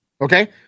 Okay